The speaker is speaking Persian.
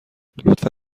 لطفا